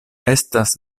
estas